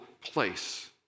place